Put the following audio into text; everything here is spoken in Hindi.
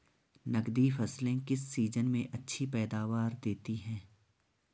नकदी फसलें किस सीजन में अच्छी पैदावार देतीं हैं?